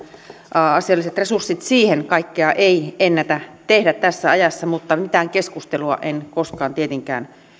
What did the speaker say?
asialliset resurssit siihen kaikkea ei ennätä tehdä tässä ajassa mutta mitään keskustelua en koskaan tietenkään